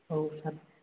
औ सार